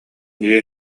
дьиэ